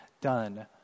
done